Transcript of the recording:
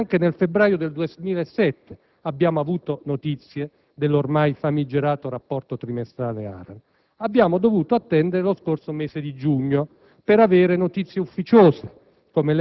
Ma neanche nel febbraio 2007 abbiamo avuto notizie dell'ormai famigerato rapporto trimestrale ARAN; abbiamo dovuto attendere lo scorso mese di giugno per avere notizie ufficiose